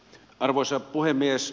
arvoisa puhemies